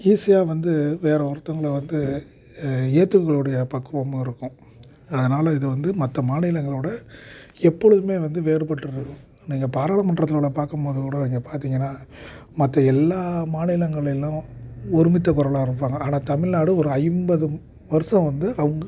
ஈஸியாக வந்து வேறு ஒருத்தவுங்களை வந்து ஏற்றுக்கொள்ளக்கூடிய பக்குவமும் இருக்கும் அதனால் இது வந்து மற்ற மாநிலங்களோட எப்பொழுதுமே வந்து வேறுபட்டு இருக் நீங்கள் பாராளுமன்றத்தில் உள்ளே பார்க்கும்போது கூட அங்கே பார்த்தீங்கன்னா மற்ற எல்லா மாநிலங்களிலும் ஒருமித்த குரலா இருப்பாங்க ஆனால் தமிழ்நாடு ஒரு ஐம்பது வருஷம் வந்து அவங்க